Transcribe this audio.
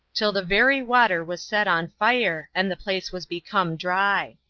till the very water was set on fire, and the place was become dry.